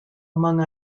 among